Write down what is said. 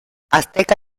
azteca